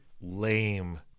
lame